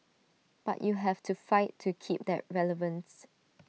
but you have to fight to keep that relevance